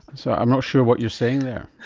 so i'm not sure what you're saying there.